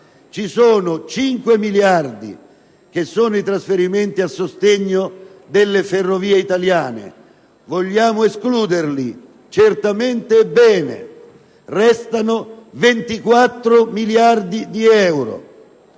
Ci sono 5 miliardi che sono i trasferimenti a sostegno delle ferrovie italiane. Vogliamo escluderli? Certamente è bene. Restano 24 miliardi di euro